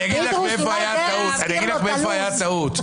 אני אגיד לך איפה הייתה הטעות.